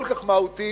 כל כך מהותי,